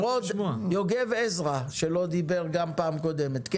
יוגב עזרא שלא דיבר גם בפעם הקודמת.